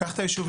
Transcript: קח את היישובים,